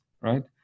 right